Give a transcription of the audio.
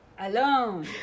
alone